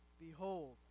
behold